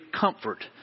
comfort